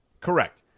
Correct